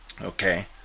okay